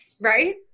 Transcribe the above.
right